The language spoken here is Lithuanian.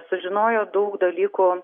sužinojo daug dalykų